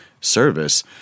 service